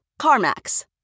CarMax